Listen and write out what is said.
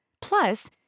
Plus